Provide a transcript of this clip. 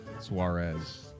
Suarez